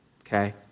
okay